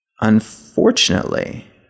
Unfortunately